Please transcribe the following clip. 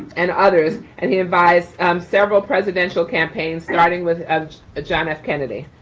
and others. and he advised several presidential campaigns starting with ah ah john f. kennedy.